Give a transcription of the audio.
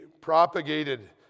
propagated